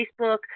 Facebook